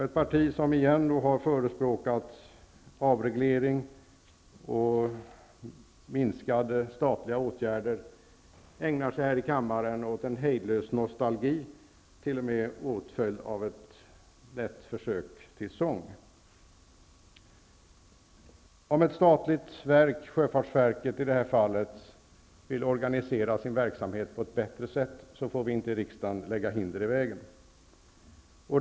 Ett parti som har förespråkat avreglering och minskade statliga åtgärder ägnar sig här i kammaren åt en hejdlös nostalgi, t.o.m. åtföljd av ett lätt försök till sång. Om ett statligt verk, i det här fallet sjöfartsverket, vill organisera sin verksamhet på ett bättre sätt, får vi inte i riksdagen lägga hinder i vägen.